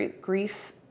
Grief